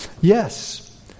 Yes